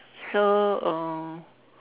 so um